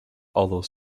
although